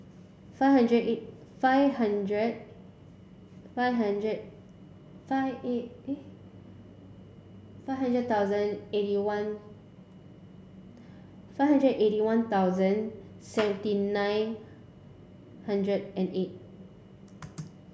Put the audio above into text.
five hundred eight five hundred five hundred five eight eight five hundred thousand eighty one five hundred eighty one thousand seventy nine hundred and eight